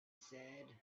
said